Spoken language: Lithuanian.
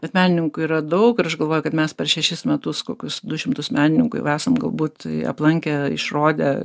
bet menininkų yra daug ir aš galvoju kad mes per šešis metus kokius du šimtus menininkų jau esam galbūt aplankę išrodę